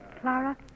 Clara